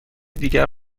دیگر